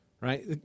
Right